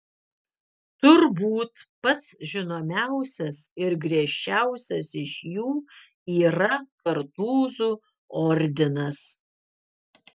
turbūt pats žinomiausias ir griežčiausias iš jų yra kartūzų ordinas